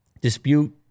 dispute